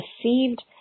received